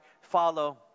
follow